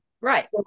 Right